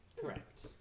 Correct